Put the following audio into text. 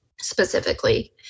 specifically